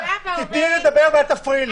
תתני לי לדבר ואל תפריע לי.